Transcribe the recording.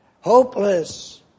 hopeless